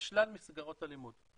בשלל מסגרות הלימוד.